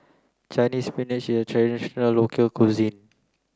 Chinese spinach is a traditional local cuisine